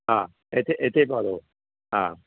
ਹਾਂ ਇੱਥੇ ਇੱਥੇ ਪਾ ਦਿਓ ਹਾਂ